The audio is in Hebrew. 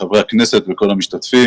חברי הכנסת וכל המשתתפים.